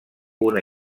una